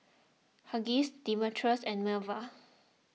Hughes Demetrius and Melva